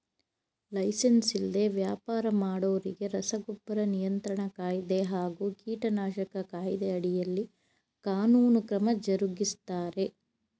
licence ಇಲ್ದೆ ವ್ಯಾಪರ ಮಾಡೋರಿಗೆ ರಸಗೊಬ್ಬರ ನಿಯಂತ್ರಣ ಕಾಯ್ದೆ ಹಾಗೂ ಕೀಟನಾಶಕ ಕಾಯ್ದೆ ಅಡಿಯಲ್ಲಿ ಕಾನೂನು ಕ್ರಮ ಜರುಗಿಸ್ತಾರೆ